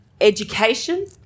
Education